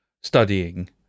studying